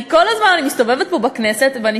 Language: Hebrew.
אני כל הזמן מסתובבת פה בכנסת ואני